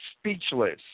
speechless